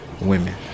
Women